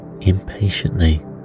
impatiently